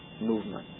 movement